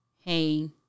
Hey